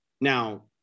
Now